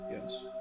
yes